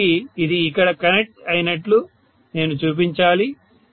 కాబట్టి ఇది ఇక్కడ కనెక్ట్ అయినట్లు నేను చూపించాలి